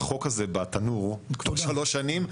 שהחוק הזה בתנור הוא כבר שלוש שנים,